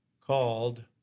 called